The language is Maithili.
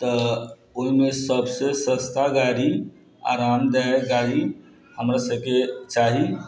तऽ ओहिमे सभसँ सस्ता गाड़ी आरामदाएक गाड़ी हमरासभकेँ चाही